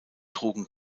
trugen